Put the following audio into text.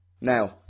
Now